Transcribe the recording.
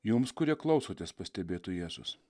jums kurie klausotės pastebėtų jėzus